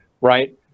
right